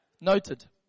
Noted